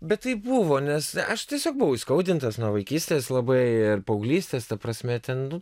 bet taip buvo nes aš tiesiog buvau įskaudintas nuo vaikystės labai ir paauglystės ta prasme ten nu